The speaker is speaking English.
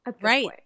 Right